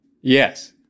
Yes